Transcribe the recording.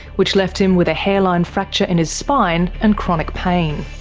which left him with a hairline fracture in his spine and chronic pain.